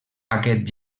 aquest